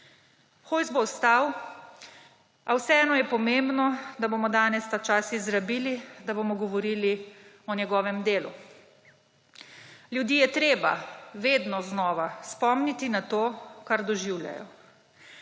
Hojs bo ostal, a vseeno je pomembno, da bomo danes ta čas izrabili, da bomo govorili o njegovem delu. Ljudi je treba vedno znova spomniti na to, kar doživljajo.